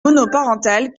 monoparentales